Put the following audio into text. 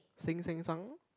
sink sank sunk